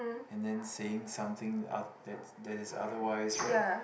and then saying something up that's that is otherwise right